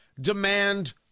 demand